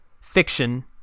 fiction